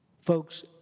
Folks